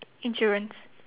insurance